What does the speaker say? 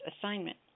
assignment